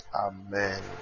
Amen